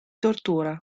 tortura